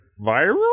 viral